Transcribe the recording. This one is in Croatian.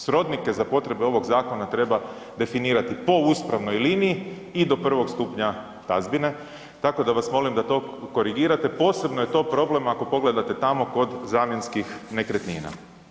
Srodnike za potrebe ovog zakona treba definirati po uspravnoj liniji i do prvog stupnja tazbine, tako da vas molim da to korigirate, posebno je to problem ako pogledate tamo kod zamjenskih nekretnina.